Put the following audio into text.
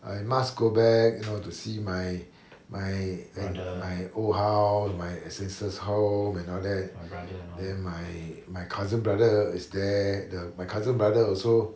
I must go back you know to see my my and my old house my ancestors' home and all that then my my cousin brother is there my cousin brother also